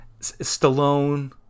Stallone